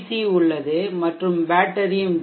C உள்ளது மற்றும் பேட்டரியும் டி